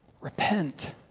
repent